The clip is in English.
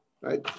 right